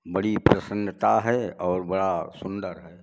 बड़ी प्रसन्नता है और बड़ा सुंदर है